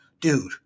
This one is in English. Dude